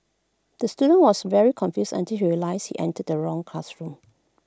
the student was very confused until he realised he entered the wrong classroom